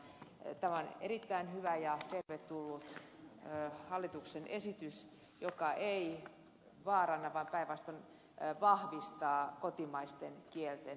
tämä on erittäin hyvä ja tervetullut hallituksen esitys joka ei vaaranna vaan päinvastoin vahvistaa kotimaisten kielten asemaa